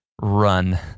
run